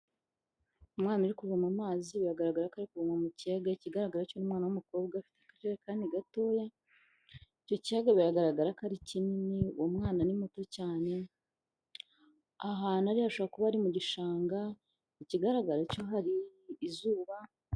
Umwana uri kuvoma amazi biragaragara ko ari mu kiyaga kigaragara cyo ni umwana w'umukobwa, akajerekani gatoya, icyo kiyaga biragara ko ari kinini, umwana ni muto cyane ahantu ari birashoboka kuba ari mu gishanga ikigaragara cyo hari izuba.